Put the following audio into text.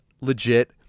legit